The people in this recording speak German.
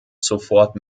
sofort